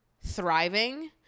thriving